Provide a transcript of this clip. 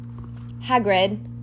Hagrid